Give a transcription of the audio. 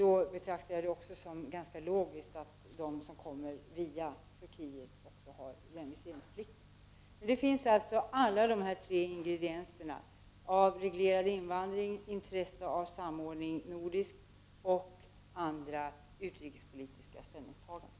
Då betraktar jag det som ganska logiskt att de som kommer via Turkiet har viseringsplikt. Där finns alltså alla dessa tre ingredienser: Avreglering av invandring, intresse av nordisk samordning och andra utrikespolitiska ställningstaganden.